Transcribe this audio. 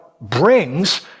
brings